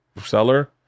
seller